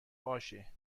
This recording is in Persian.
باشه